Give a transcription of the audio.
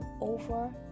over